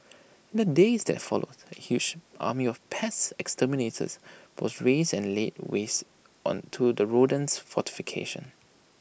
in the days that followed A huge army of pest exterminators was raised and laid waste on to the rodent fortification